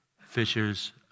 fishers